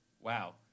Wow